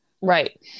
Right